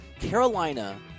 Carolina